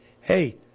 hey